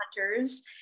hunters